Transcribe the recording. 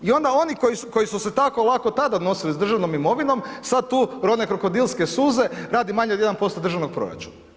I onda oni koji su se tako lako tada odnosili s državnom imovinom sad tu rone krokodilske suze radi manje od 1% državnog proračuna.